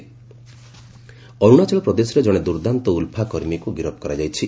ULFA arrest ଅରୁଣାଚଳପ୍ରଦେଶରେ ଜଣେ ଦୁର୍ଦ୍ଦାନ୍ତ ଉଲ୍ଫା କର୍ମୀକୁ ଗିରଫ କରାଯାଇଛି